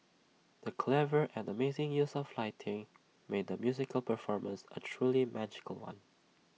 the clever and amazing use of lighting made the musical performance A truly magical one